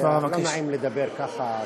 לא נעים לדבר ככה.